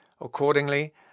Accordingly